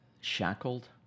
shackled